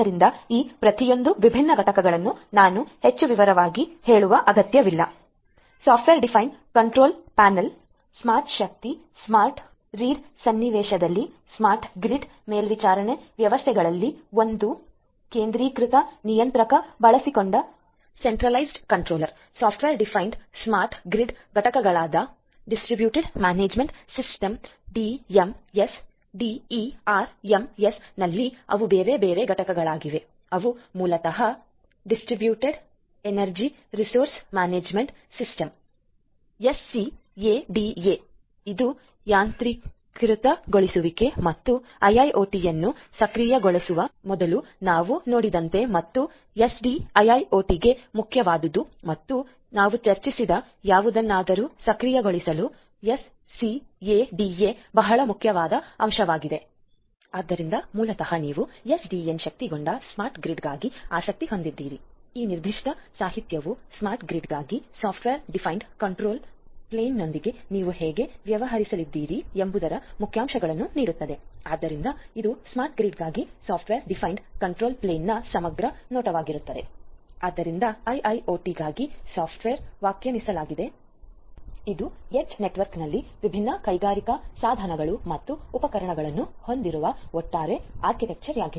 ಆದ್ದರಿಂದ ಐಐಒಟಿIIoTಗಾಗಿ software defined edge ಇದು ಎಡ್ಜ್ ನೆಟ್ವರ್ಕ್ನಲ್ಲಿ ವಿಭಿನ್ನ ಕೈಗಾರಿಕಾ ಸಾಧನಗಳು ಮತ್ತು ಉಪಕರಣಗಳನ್ನು ಹೊಂದಿರುವ ಒಟ್ಟಾರೆ ಆರ್ಕಿಟೆಕ್ಚರ್